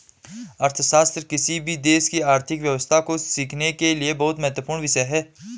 अर्थशास्त्र किसी भी देश की आर्थिक व्यवस्था को सीखने के लिए बहुत महत्वपूर्ण विषय हैं